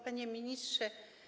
Panie Ministrze!